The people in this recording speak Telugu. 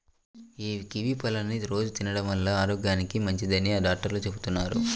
యీ కివీ పళ్ళని రోజూ తినడం వల్ల ఆరోగ్యానికి మంచిదని డాక్టర్లు చెబుతున్నారు